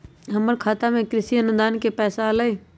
हमर खाता में कृषि अनुदान के पैसा अलई?